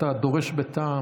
אתה דורש בטעם,